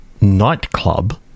Nightclub